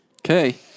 Okay